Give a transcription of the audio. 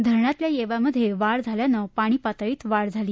धरणातील येव्यामधे वाढ झाल्यानं पाणीपातळीत वाढ झाली